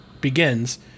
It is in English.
begins